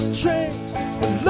train